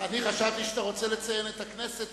אני חשבתי שאתה רוצה לציין את הכנסת,